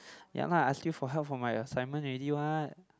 ya lah ask you for help for my assignment already what